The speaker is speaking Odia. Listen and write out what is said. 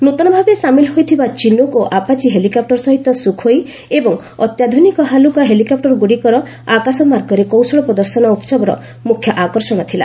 ନ୍ନତନ ଭାବେ ସାମିଲ୍ ହୋଇଥିବା ଚିନ୍ନୁକ୍ ଓ ଆପାଚି ହେଲିକପୁର ସହିତ ସୁଖୋଇ ଏବଂ ଅତ୍ୟାଧୁନିକ ହାଲୁକା ହେଲିକପ୍ଟରଗୁଡ଼ିକର ଆକାଶମାର୍ଗରେ କୌଶଳ ପ୍ରଦର୍ଶନ ଉତ୍ସବର ମୁଖ୍ୟ ଆକର୍ଷଣ ଥିଲା